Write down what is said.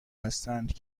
هستند